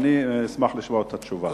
אשמח לשמוע את התשובה.